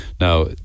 now